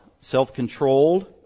self-controlled